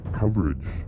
coverage